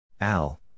Al